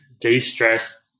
de-stress